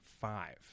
five